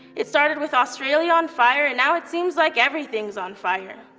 it started with australia on fire, and now it seems like everything's on fire.